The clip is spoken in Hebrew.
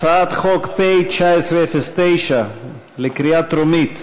הצעת חוק פ/1909/20 לקריאה טרומית,